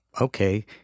okay